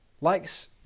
likes